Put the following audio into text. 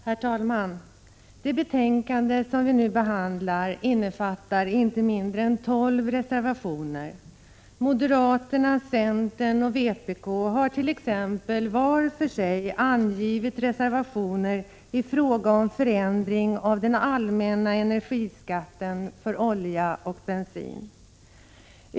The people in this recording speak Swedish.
Herr talman! Det betänkande som vi nu behandlar innefattar inte mindre än tolv reservationer. Moderaterna, centern och vpk har t.ex. var för sig avgivit reservationer i fråga om förändring av den allmänna energiskatten för olja och bensin.